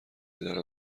دارم